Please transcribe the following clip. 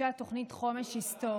גיבשה תוכנית חומש היסטורית.